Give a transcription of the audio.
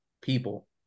people